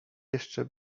jeszcze